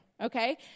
okay